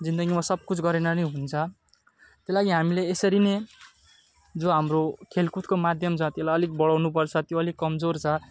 जिन्दगीमा सब कुछ गरेन भने हुन्छ त्यही लागि हामीले यसरी पनि जो हाम्रो खेलकुदको माध्यम जतिलाई अलिक बढाउनु पर्छ त्यो अलिक कमजोर छ